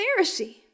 Pharisee